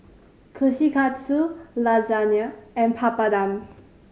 Kushikatsu Lasagne and Papadum